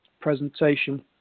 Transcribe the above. presentation